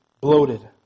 bloated